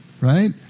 right